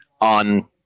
on